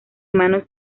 manos